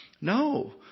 No